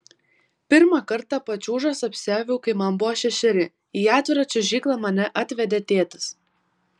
pirmą kartą pačiūžas apsiaviau kai man buvo šešeri į atvirą čiuožyklą mane atvedė tėtis